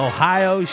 Ohio